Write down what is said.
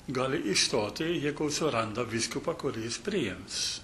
gali išstoti jeigu suranda vyskupą kuris priims